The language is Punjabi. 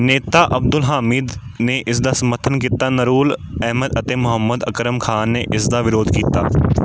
ਨੇਤਾ ਅਬਦੁਲ ਹਾਮਿਦ ਨੇ ਇਸ ਦਾ ਸਮਰਥਨ ਕੀਤਾ ਨਰੁਲ ਅਹਿਮਦ ਅਤੇ ਮੁਹੰਮਦ ਅਕਰਮ ਖਾਨ ਨੇ ਇਸ ਦਾ ਵਿਰੋਧ ਕੀਤਾ